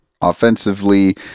offensively